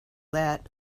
that